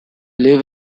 live